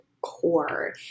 core